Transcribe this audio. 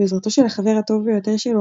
בעזרתו של החבר הטוב ביותר שלו,